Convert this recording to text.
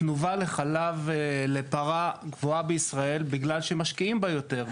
תנובת החלב לפרה גבוהה בישראל בגלל שמשקיעים ביותר,